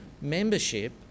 membership